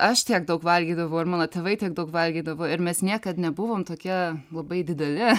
aš tiek daug valgydavau ir mano tėvai tiek daug valgydavo ir mes niekad nebuvom tokie labai dideli